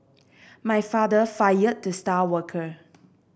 my father fired the star worker